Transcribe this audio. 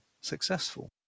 successful